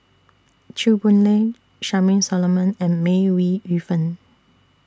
Chew Boon Lay Charmaine Solomon and May Ooi Yu Fen